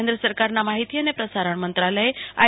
કેન્દ્ર સરકાર ના માહિતી અને પ્રસારણ મંત્રાલયે આઈ